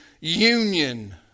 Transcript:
union